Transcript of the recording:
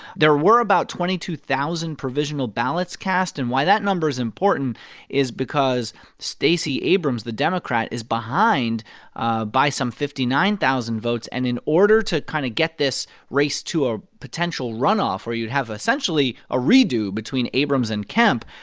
there were about twenty two thousand provisional ballots cast. and why that number's important is because stacey abrams, the democrat, is behind ah by some fifty nine thousand votes. and in order to kind of get this race to a potential runoff where you'd have, essentially, a redo between abrams and kemp,